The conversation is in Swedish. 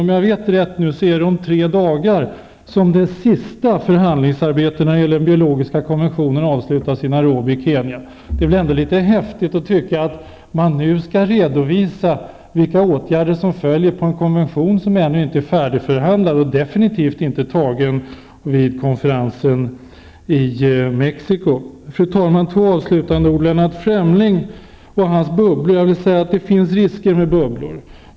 Om jag inte har fel är det om tre dagar som det sista förhandlingsarbetet då det gäller den biologiska konventionen avslutas i Nairobi i Kenya. Det är litet häftigt att begära att man nu skall redovisa vilka åtgärder som en konvention leder till som ännu inte är färdigförhandlad och definitivt inte antagen vid konferensen i Mexico. Fru talman! Några avslutande ord. Till Lennart Fremling med sina bubblor: Det finns risker med bubblor.